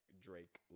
Drake